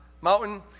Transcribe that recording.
mountain